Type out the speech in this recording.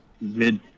mid